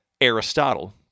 Aristotle